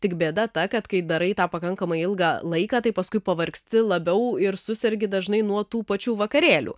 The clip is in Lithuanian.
tik bėda ta kad kai darai tą pakankamai ilgą laiką tai paskui pavargsti labiau ir susergi dažnai nuo tų pačių vakarėlių